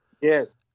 Yes